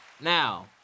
Now